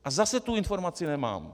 A zase tu informaci nemám.